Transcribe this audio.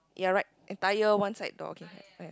you're right entire one side door